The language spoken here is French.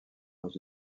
dans